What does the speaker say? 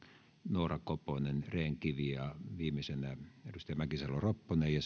noora koponen rehn kivi ja viimeisenä edustaja mäkisalo ropponen ja